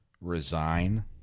resign